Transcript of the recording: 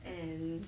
and